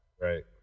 Right